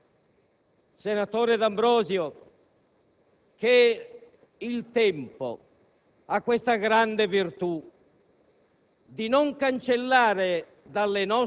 in un ricordificio continuo di questo nostro triste passato! Io credo,